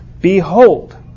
Behold